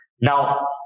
Now